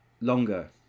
longer